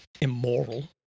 immoral